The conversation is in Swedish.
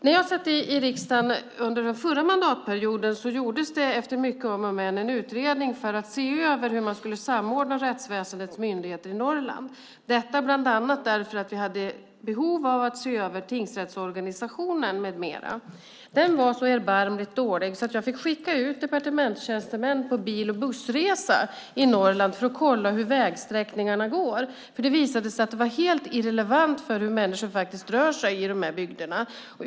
När jag satt i riksdagen under den förra mandatperioden gjordes det efter mycket om och men en utredning för att se över hur man skulle samordna rättsväsendets myndigheter i Norrland, detta bland annat för att vi hade behov av att se över tingsrättsorganisationen med mera. Den var så erbarmligt dålig att jag fick skicka ut departementstjänstemän på bil och bussresa i Norrland för att kolla hur vägsträckningarna går. Det visade sig att det var helt irrelevant för hur människor faktiskt rör sig i dessa bygder.